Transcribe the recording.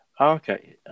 okay